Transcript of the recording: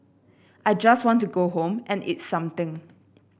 I just want to go home and eat something